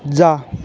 जा